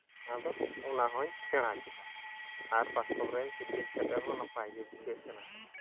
ᱟᱫᱚ ᱫᱚ ᱚᱱᱟ ᱦᱚᱸᱧ ᱥᱮᱬᱟ ᱠᱮᱫᱟ ᱟᱨ ᱯᱟᱨᱠᱚᱢ ᱨᱮ ᱜᱤᱛᱤᱡ ᱠᱟᱛᱮᱫ ᱦᱚᱸ ᱱᱟᱯᱟᱭ ᱜᱮ ᱵᱩᱡᱷᱟᱹᱜ ᱠᱟᱱᱟ